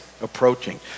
approaching